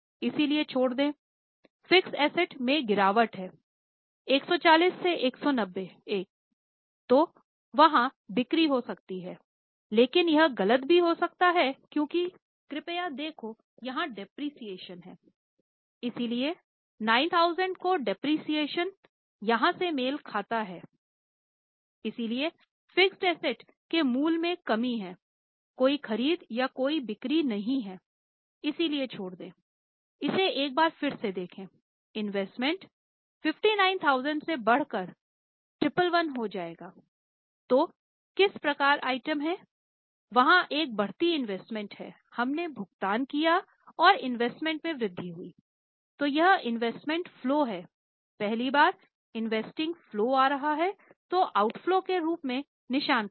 इसलिए 9000 का डेप्रिसिएशन के रूप में निशान कर ले